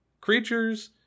creatures